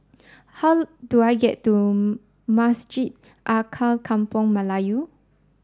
how do I get to Masjid Alkaff Kampung Melayu